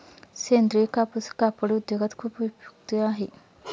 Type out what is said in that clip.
सेंद्रीय कापूस कापड उद्योगात खूप उपयुक्त आहे